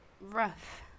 rough